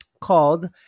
called